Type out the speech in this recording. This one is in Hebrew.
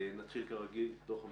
נתחיל בדוח המבקר.